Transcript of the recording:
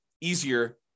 easier